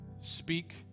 speak